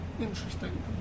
Interesting